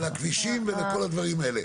ולכבישים ולכל הדברים האלה.